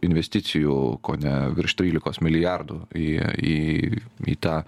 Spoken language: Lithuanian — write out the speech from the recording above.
investicijų kone virš trylikos milijardų į į į tą